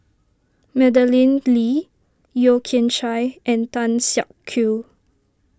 Madeleine Lee Yeo Kian Chye and Tan Siak Kew